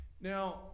Now